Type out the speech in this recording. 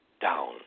down